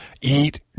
eat